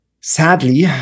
Sadly